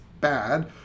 bad